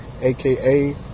AKA